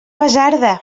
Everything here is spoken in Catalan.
basarda